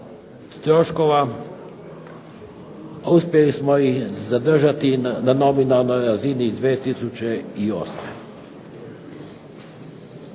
uspjeli smo ih zadržati na nominalnoj razini 2008.